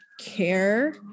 care